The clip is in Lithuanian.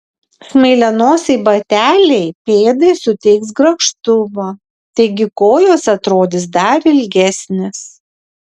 smailianosiai bateliai pėdai suteiks grakštumo taigi kojos atrodys dar ilgesnės